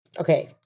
okay